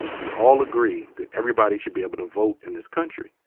we all agree that everybody should be able to vote in this country.